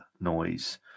noise